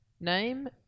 Name